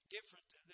Different